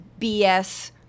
BS